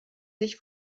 sich